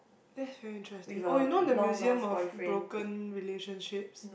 that's very interesting oh you know the museum of broken relationships